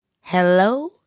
Hello